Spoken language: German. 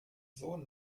sohn